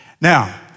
Now